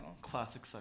Classic